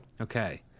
okay